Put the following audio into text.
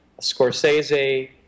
Scorsese